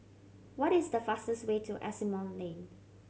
what is the fastest way to Asimont Lane